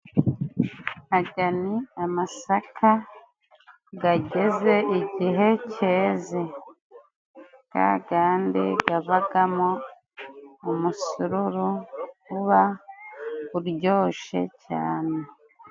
Aya ni amasaka ageze igihe yeze, yayandi avamo umusururu uba uryoshye cyane.